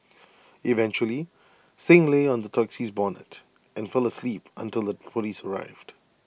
eventually Singh lay on the taxi's bonnet and fell asleep until the Police arrived